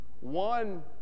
One